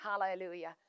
Hallelujah